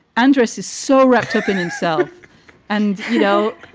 andress is so wrapped up in himself and, you know.